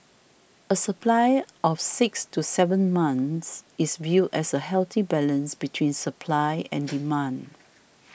a supply of six to seven months is viewed as a healthy balance between supply and demand